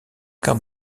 quart